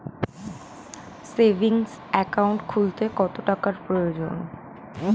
Savings account খুলতে কত টাকার প্রয়োজন?